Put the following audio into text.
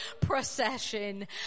procession